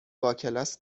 باکلاس